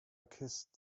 kissed